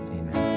amen